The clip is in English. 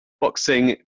boxing